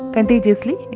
Contagiously